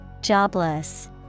Jobless